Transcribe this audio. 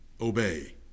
obey